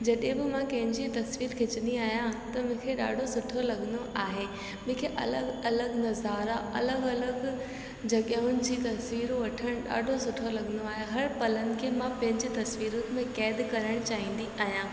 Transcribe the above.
जॾहिं बि मां कंहिंजी तस्वीर खिचंदी आहियां त मूंखे ॾाढो सुठो लॻंदो आहे मूंखे अलॻि अलॻि नज़ारा अलॻि अलॻि जॻहियुनि जी तस्वीरूं वठणु ॾाढो सुठो लॻंदो आहे हर पलनि खे मां पंहिंजी तस्वीरुनि में क़ैदि करणु चाहींदी आहियां